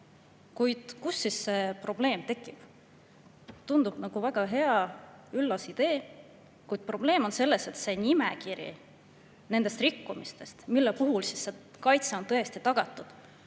Kuid kus probleem tekib? Tundub nagu väga hea, üllas idee, kuid probleem on selles, et see nimekiri nendest rikkumistest, mille puhul kaitse on tõesti tagatud,